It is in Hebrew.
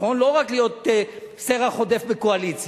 לא רק להיות סרח עודף בקואליציה.